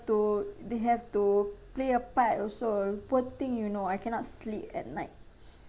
to they have to play a part also poor thing you know I cannot sleep at night